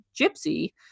Gypsy